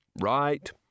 Right